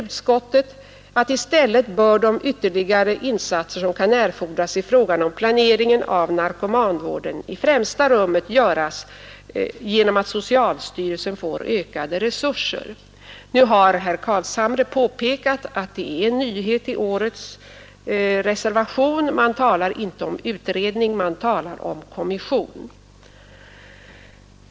Utskottet anför: ”I stället bör de ytterligare insatser som kan erfordras i fråga om planering av narkomanvården i främsta rummet göras genom att socialstyrelsen får ökade resurser, ———.” Herr Carlshamre har påpekat att det finns en nyhet i årets reservation. Man talar inte om en utredning utan om en kommission.